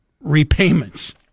repayments